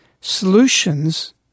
Solutions